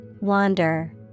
Wander